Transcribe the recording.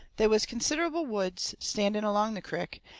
they was considerable woods standing along the crick,